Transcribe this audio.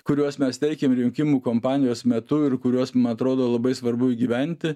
kuriuos mes teikėm rinkimų kampanijos metu ir kuriuos ma atrodo labai svarbu įgyventi